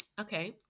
Okay